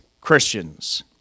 Christians